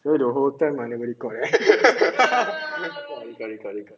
you know the whole time I never record eh got record